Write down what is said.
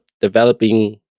developing